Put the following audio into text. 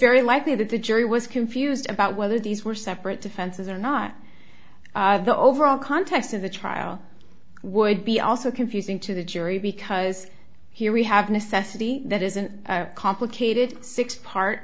very likely that the jury was confused about whether these were separate defenses or not the overall context of the trial would be also confusing to the jury because here we have necessity that isn't a complicated six part